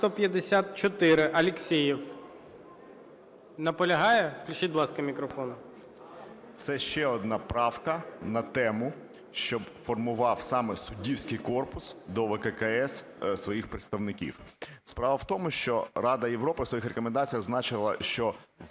Це ще одна правка на тему, щоб формував саме суддівський корпус до ВККС своїх представників. Справа в тому, що Рада Європи в своїх рекомендаціях зазначила, що в